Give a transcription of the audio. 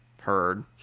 heard